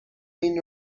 این